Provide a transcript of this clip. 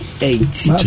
eight